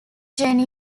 jane